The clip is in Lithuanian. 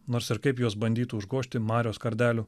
nors ir kaip juos bandytų užgožti marios kardelių